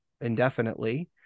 indefinitely